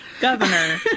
governor